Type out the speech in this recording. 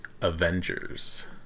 Avengers